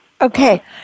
Okay